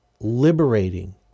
liberating